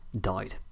died